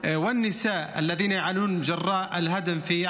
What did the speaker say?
אמרנו להם באופן ברור שעל הממשלה לדאוג למה שקורה